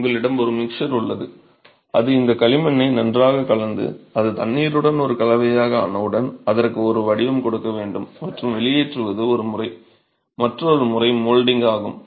எனவே உங்களிடம் ஒரு மிக்சர் உள்ளது அது இந்த களிமண்ணை நன்றாகக் கலந்து அது தண்ணீருடன் ஒரு கலவையாக ஆனவுடன் அதற்கு ஒரு வடிவம் கொடுக்க வேண்டும் மற்றும் வெளியேற்றுவது ஒரு முறை மற்றொரு முறை மோல்டிங் ஆகும்